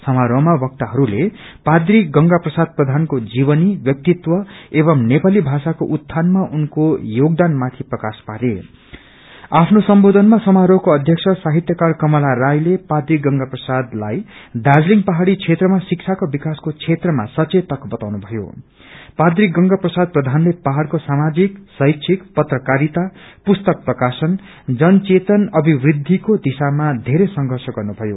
समारोहमा वक्तहरूले पात्री गंगा प्रसाद प्रयानको जीवनी व्यतिव एवं नेपाली भाषाको उत्थानमा उनको योदन माथि प्रकाश पारेँ आफ्नो सम्बोधनमा सामारोहको अध्यक्ष साहितयकार कमला राईले पात्री गंगा प्रसादलाई दार्जीलिङ पहाज़ी क्षेत्रमा शिक्षको विकासको क्षेत्रकमा सचंतक बताउनु भयोँ पात्री गंगा प्रसाद प्रबानले पाहाज़को सामाजिक शैक्षिक पत्रकारिता पुस्तक प्रकाशन जनचेतन अभिवृद्धिको दिशामा बेरै संघंच गर्नुभयो